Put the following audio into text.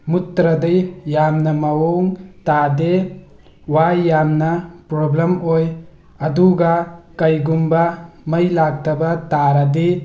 ꯃꯨꯠꯇ꯭ꯔꯗꯤ ꯌꯥꯝꯅ ꯃꯑꯣꯡ ꯇꯥꯗꯦ ꯋꯥꯏ ꯌꯥꯝꯅ ꯄ꯭ꯔꯣꯕ꯭ꯂꯦꯝ ꯑꯣꯏ ꯑꯗꯨꯒ ꯀꯔꯤꯒꯨꯝꯕ ꯃꯩ ꯂꯥꯛꯇꯕ ꯇꯥꯔꯗꯤ